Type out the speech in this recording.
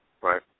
Right